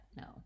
no